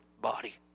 body